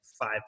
five